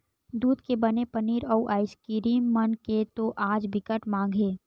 दूद के बने पनीर, अउ आइसकीरिम मन के तो आज बिकट माग हे